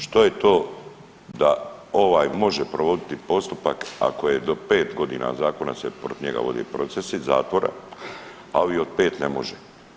Što je to da ovaj može provoditi postupak ako je do 5 godina zakona se protiv njega vodi procesi zatvora, a ovi od 5 ne može.